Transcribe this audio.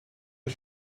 but